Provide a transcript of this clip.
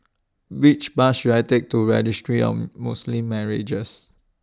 Which Bus should I Take to Registry of Muslim Marriages